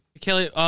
Kelly